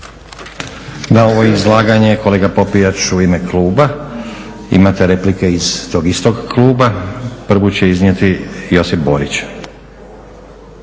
Na ovo izlaganje kolega Popijač u ime kluba, imate replike iz tog istog kluba. Prvu će iznijeti Josip Borić.